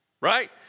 right